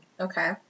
Okay